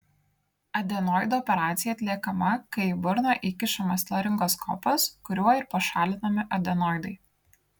adenoidų operacija atliekama kai į burną įkišamas laringoskopas kuriuo ir pašalinami adenoidai